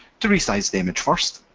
to resize the image first,